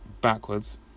backwards